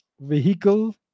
vehicle